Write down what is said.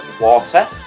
water